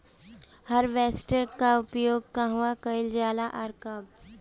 Harvester का उपयोग कहवा कइल जाला और कब?